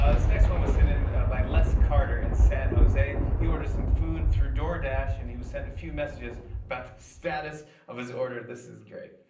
ah this next one was sent in by les carter in san jose. he ordered some food through doordash, and he was sent a few messages about the status of his order. this is great.